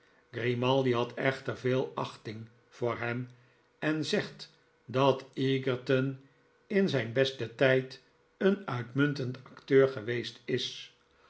grimaldi had echt'er veel achting voor hem en zegt dat egerton in zijn besten tijd een uitmuntend acteur geweest is